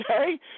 okay